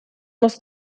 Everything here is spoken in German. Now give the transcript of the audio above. muss